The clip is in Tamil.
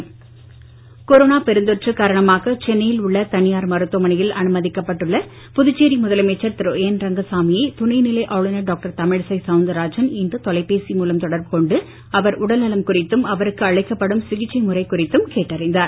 ரங்கசாமி கொரோனா கொரோனா பெருந்தொற்று காரணமாக சென்னையில் உள்ள தனியார் மருத்துவமனையில் அனுமதிக்கப்பட்டுள்ள புதுச்சேரி முதலமைச்சர் திரு என் ரங்கசாமியை துணை நிலை ஆளுநர் டாக்டர் தமிழிசை சவுந்தரராஜன் இன்று தொலைபேசி மூலம் தொடர்பு கொண்டு அவர் உடல் நலம் குறித்தும் அவருக்கு அளிக்கப்படும் சிகிச்சை முறை குறித்தும் கேட்டறிந்தார்